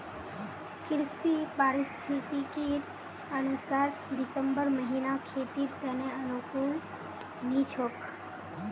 कृषि पारिस्थितिकीर अनुसार दिसंबर महीना खेतीर त न अनुकूल नी छोक